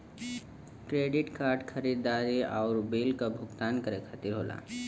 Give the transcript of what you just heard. credit card खरीदारी आउर bill क भुगतान के खातिर होला